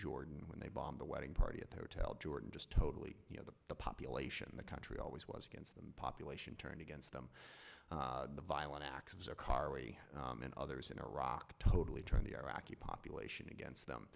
jordan when they bombed the wedding party at the hotel jordan just totally you know the population in the country always was against the population turned against them the violent acts and others in iraq totally turned the iraqi population against them